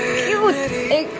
cute